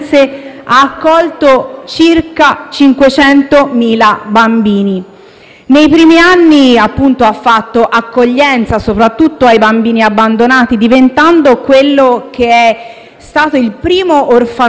Nei primi anni ha fatto accoglienza soprattutto ai bambini abbandonati, diventando quello che è stato il primo orfanotrofio (così come adesso li conosciamo) addirittura in Europa.